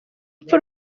urupfu